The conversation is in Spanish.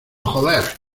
joder